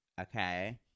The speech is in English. Okay